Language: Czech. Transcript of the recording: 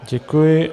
Děkuji.